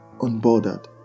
unbothered